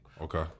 Okay